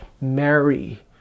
Mary